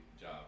job